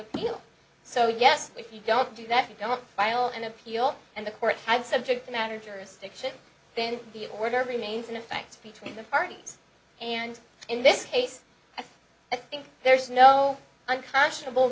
appeal so yes if you don't do that you don't file an appeal and the courts have subject matter jurisdiction then the order remains in effect between the parties and in this case i think there's no unconscionable